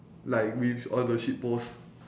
like with all the shit post